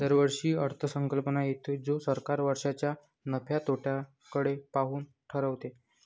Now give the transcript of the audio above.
दरवर्षी अर्थसंकल्प येतो जो सरकार वर्षाच्या नफ्या तोट्याकडे पाहून ठरवते